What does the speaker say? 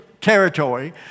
territory